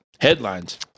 Headlines